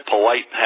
Polite